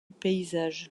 paysage